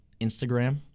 Instagram